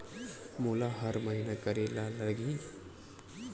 मोला हर महीना करे ल लगही?